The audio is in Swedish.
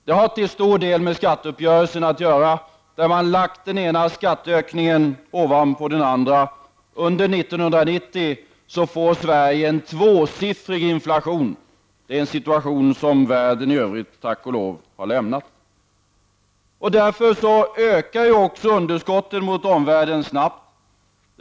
Det har till stor del att göra med skatteuppgörelsen, där man har lagt den ena skatteökningen ovanpå den andra. Under 1990 får Sverige en tvåsiffrig inflation, och det är en situation som världen i övrigt tack och lov har lämnat. Underskotten mot omvärlden ökar därför också snabbt.